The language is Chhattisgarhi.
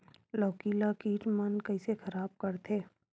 लौकी ला कीट मन कइसे खराब करथे?